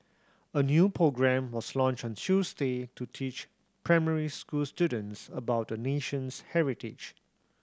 a new programme was launched on Tuesday to teach primary school students about the nation's heritage